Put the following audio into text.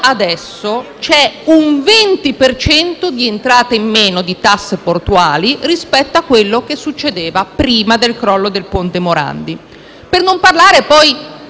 adesso, c’è un 20 per cento di entrate in meno di tasse portuali rispetto a quello che succedeva prima del crollo del ponte Morandi. Per non parlare poi